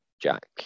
jack